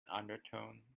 undertone